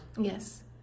Yes